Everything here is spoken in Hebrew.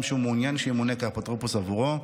שהוא מעוניין שימונה כאפוטרופוס בעבורו,